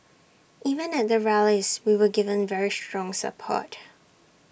even at the rallies we were given very strong support